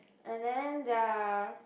and then there are